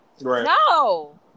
No